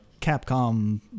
Capcom